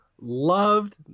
loved